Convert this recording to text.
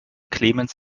clemens